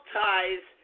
ties